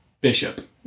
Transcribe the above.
Bishop